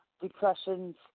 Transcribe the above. Depression's